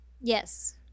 Yes